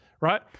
right